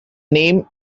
name